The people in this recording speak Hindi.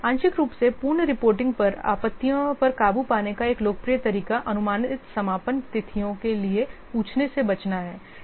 आंशिक रूप से पूर्ण रिपोर्टिंग पर आपत्तियों पर काबू पाने का एक लोकप्रिय तरीका अनुमानित समापन तिथियों के लिए पूछने से बचना है